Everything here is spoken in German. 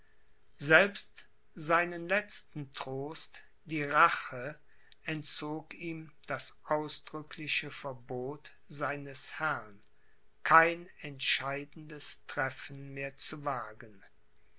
selbst seinen letzten trost die rache entzog ihm das ausdrückliche verbot seines herrn kein entscheidendes treffen mehr zu wagen